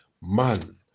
man